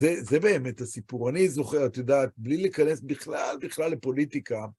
זה זה באמת הסיפור. אני זוכר, את יודעת, בלי להיכנס בכלל, בכלל לפוליטיקה.